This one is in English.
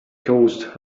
caused